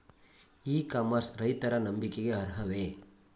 E commerce ರೈತರ ನಂಬಿಕೆಗೆ ಅರ್ಹವೇ?